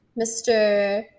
Mr